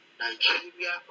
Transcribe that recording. Nigeria